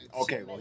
okay